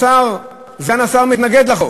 סגן השר מתנגד לחוק.